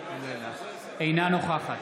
אינה נוכחת